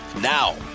Now